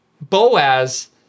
Boaz